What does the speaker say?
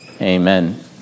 Amen